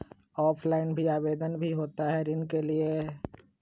Offline भी आवेदन भी होता है ऋण के लिए?